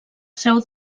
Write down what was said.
seu